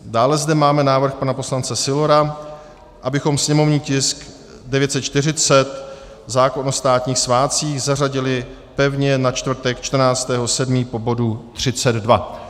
Dále zde máme návrh pana poslance Sylora, abychom sněmovní tisk 940, zákon o státních svátcích, zařadili pevně na čtvrtek 14. 7. po bodu 32.